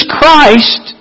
Christ